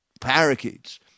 Parakeets